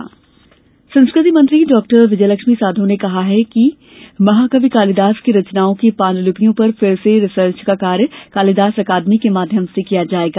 कालिदास समारोह संस्कृति मंत्री डॉ विजयलक्ष्मी साधौ ने कहा है कि महाकवि कालिदास की रचनाओं की पांड्लिपियों पर फिर से रिसर्च का कार्य कालिदास अकादमी के माध्यम से किया जायेगा